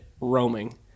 roaming